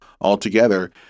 altogether